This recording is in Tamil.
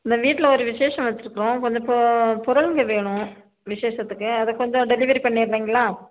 இந்த வீட்டில் ஒரு விசேஷம் வச்சுருக்குறோம் கொஞ்சம் இப்போ பொருள்ங்க வேணும் விசேஷத்துக்கு அதை கொஞ்சம் டெலிவரி பண்ணிடறீங்களா